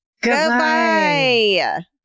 Goodbye